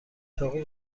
چاقو